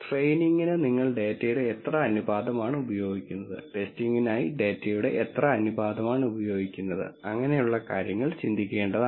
ട്രെയിനിങ്ങിന് നിങ്ങൾ ഡാറ്റയുടെ എത്ര അനുപാതമാണ് ഉപയോഗിക്കുന്നത് ടെസ്റ്റിംഗിനായി ഡാറ്റയുടെ എത്ര അനുപാതമാണ് ഉപയോഗിക്കുന്നത് അങ്ങനെയുള്ള കാര്യങ്ങൾ ചിന്തിക്കേണ്ടതാണ്